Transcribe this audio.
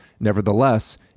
Nevertheless